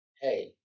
hey